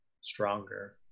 stronger